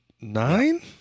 nine